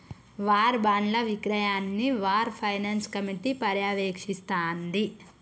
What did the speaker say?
war బాండ్ల విక్రయాన్ని war finance committee పర్యవేక్షిస్తాంది